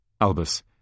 Albus